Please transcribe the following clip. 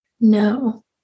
No